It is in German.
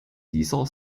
dieser